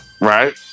Right